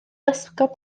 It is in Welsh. esgob